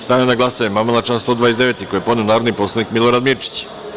Stavljam na glasanje amandman na član 129. koji je podneo narodni poslanik Milorad Mirčić.